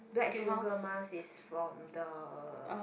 black sugar mask is from the